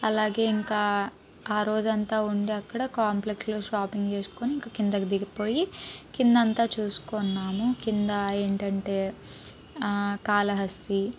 అలాగే ఇంకా ఆ రోజంతా ఉండి అక్కడ కాంప్లెక్స్లో షాపింగ్ చేసుకొని ఇంకా కిందకి దిగిపోయి కిందంతా చూసుకున్నాము కిందా ఏంటంటే కాళహస్తి